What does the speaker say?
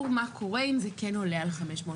מה קורה אם זה כן עולה על 500 שקלים.